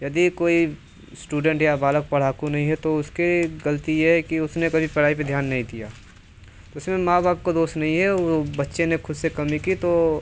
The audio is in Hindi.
यदि कोई स्टूडेंट या बालक पढ़ाकू नहीं है तो उसकी गलती है कि उसने कभी पढ़ाई पर ध्यान नहीं दिया उसमें माँ बाप का दोष नहीं है वह बच्चे ने खुद से कमी की तो